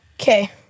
Okay